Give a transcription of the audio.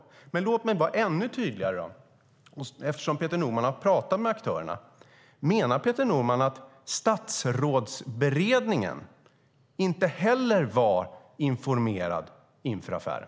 Peter Norman har ju pratat med aktörerna, så låt mig ställa en ännu tydligare fråga: Menar Peter Norman att Statsrådsberedningen inte heller var informerad inför affären?